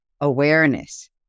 awareness